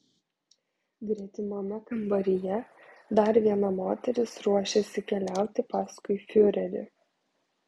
gretimame kambaryje dar viena moteris ruošėsi keliauti paskui fiurerį